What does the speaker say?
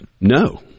No